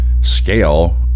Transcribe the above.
scale